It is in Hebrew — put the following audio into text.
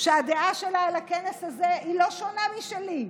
שהדעה שלה על הכנס הזה לא שונה משלי,